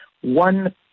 one